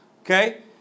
okay